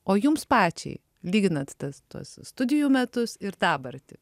o jums pačiai lyginate tas tuos studijų metus ir dabartį